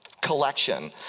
collection